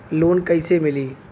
Loan कइसे मिलि?